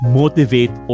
motivate